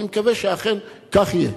ואני מקווה שאכן כך יהיה.